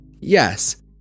Yes